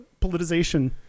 politicization